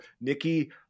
Nikki